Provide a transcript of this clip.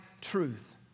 truth